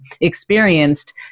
experienced